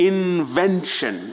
Invention